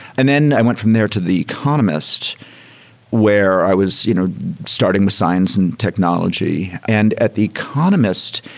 and then i went from there to the economist where i was you know starting science and technology. and at the economist,